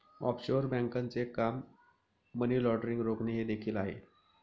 offshore बँकांचे काम money laundering रोखणे हे देखील आहे